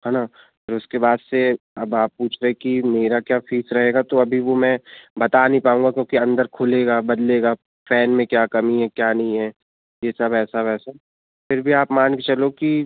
है ना फिर उसके बाद से अब आप पूछ रहे हैं कि मेरा क्या फ़ीस रहेगा तो अभी वो मैं बता नई पाउँगा क्योंकि अंदर खुलेगा बदलेगा फ़ैन में क्या कमी है क्या नहीं है ये सब ऐसा वैसा फिर भी आप मान के चलो कि